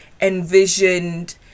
envisioned